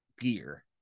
gear